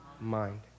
Mind